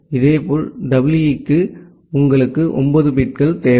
இதேபோல் EE க்கு உங்களுக்கு 9 பிட்கள் தேவை